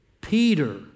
Peter